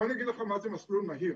בוא אני אגיד לך מה זה מסלול מהיר.